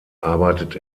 arbeitet